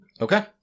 Okay